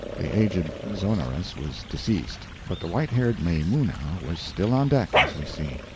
the aged zonoras was deceased, but the white-haired maimuna was still on deck, as we see.